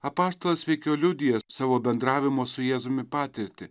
apaštalas veikiau liudija savo bendravimo su jėzumi patirtį